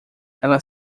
ela